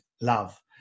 love